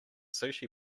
sushi